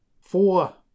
four